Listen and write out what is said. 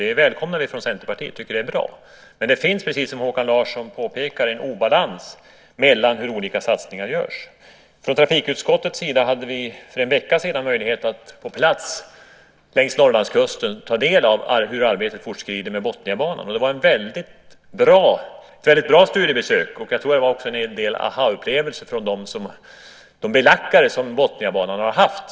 Detta välkomnar vi från Centerpartiet, men det finns, precis som Håkan Larsson påpekar, en obalans i hur olika satsningar görs. Från trafikutskottets sida hade vi för en vecka sedan möjlighet att på plats längs Norrlandskusten ta del av hur arbetet med Botniabanan fortskrider. Det var ett väldigt bra studiebesök, och jag tror att det gav en del aha-upplevelser hos belackare som Botniabanan har haft.